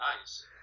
Nice